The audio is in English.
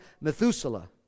Methuselah